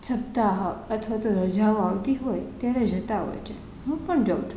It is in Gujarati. સપ્તાહ અથવા તો રજાઓ આવતી હોય ત્યારે જતાં હોય છે હું પણ જાઉં છું